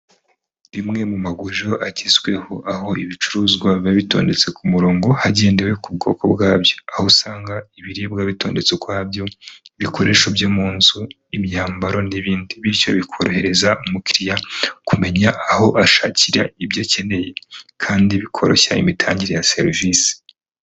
Rimwe mu maguriro agezweho, aho ibicuruzwa biba bitondetse ku murongo hagendewe ku bwoko bwabyo, aho usanga ibiribwa bitondetse ukwabyo, ibikoresho byo mu nzu, imyambaro n'ibindi, bityo bikorohereza umukiriya kumenya aho ashakira ibyo akeneye kandi bikoroshya imitangire ya serivisi